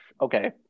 okay